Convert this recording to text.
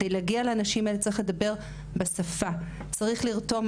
כדי להגיע לנשים האלה צריך לדבר בשפה, צריך לרתום.